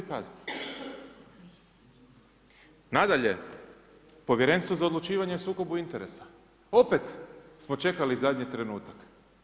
Nadalje, Povjerenstvo za odlučivanje o sukobu interesa, opet smo čekali zadnji trenutak.